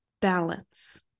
balance